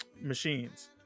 machines